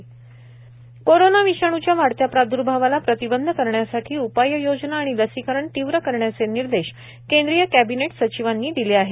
लसीकरण तीव्र कोरोना विषाणूच्या वाढत्या प्राद्र्भावाला प्रतिबंध करण्यासाठी उपाययोजना आणि लसीकरण तीव्र करण्याचे निर्देश केंद्रीय कॅबिनेट सचिवांनी दिले आहेत